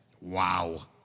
Wow